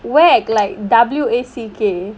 wack like W A C K